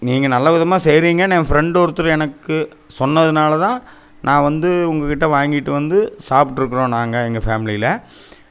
நீங்கள் நல்லவிதமாக செய்கிறீங்கன்னு என் ஃப்ரெண்டு ஒருத்தர் எனக்கு சொன்னதினாலதான் நான் வந்து உங்கள்கிட்ட வாங்கிட்டு வந்து சாப்பிட்ருக்குறோம் நாங்கள் எங்கள் ஃபேமிலியில்